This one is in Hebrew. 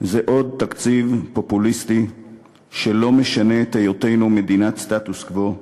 זה עוד תקציב פופוליסטי שלא משנה את היותנו מדינת סטטוס קוו,